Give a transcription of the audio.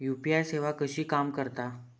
UPI सेवा कशी काम करता?